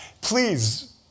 Please